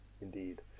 Indeed